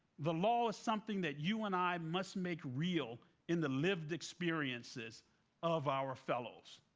the law is something that you and i must make real in the lived experiences of our fellows.